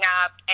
up